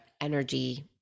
energy